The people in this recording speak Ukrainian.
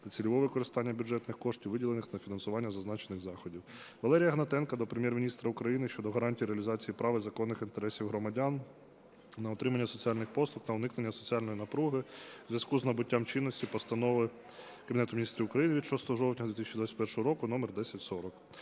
та цільового використання бюджетних коштів, виділених на фінансування зазначених заходів. Валерія Гнатенка до Прем'єр-міністра України щодо гарантій реалізації прав і законних інтересів громадян на отримання соціальних послуг та уникнення соціальної напруги у зв'язку із набуттям чинності Постанови Кабінету Міністрів України від 6 жовтня 2021 року № 1040.